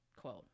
quote